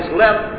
left